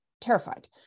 terrified